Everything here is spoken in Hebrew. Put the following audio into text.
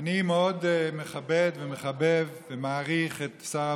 אימאן ח'טיב יאסין, מוותרת.